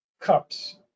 cups